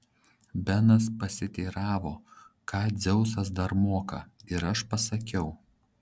benas pasiteiravo ką dzeusas dar moka ir aš pasakiau